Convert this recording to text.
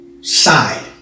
side